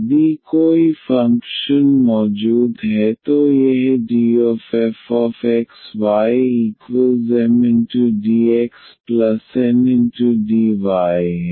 यदि कोई फंक्शन मौजूद है तो यह dfxyMdxNdy है